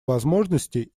возможности